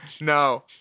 No